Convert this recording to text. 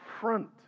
front